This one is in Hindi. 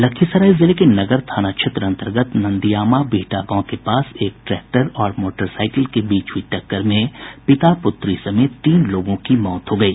लखीसराय जिले के नगर थाना क्षेत्र अन्तर्गत नंदीयामा बिहटा गांव के पास एक ट्रैक्टर और मोटरसाईकिल के बीच हुई टक्कर में पिता पुत्री समेत तीन लोगों की मौत हो गयी